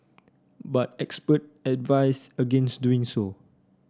but expert advise against doing so